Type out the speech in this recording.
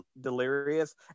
delirious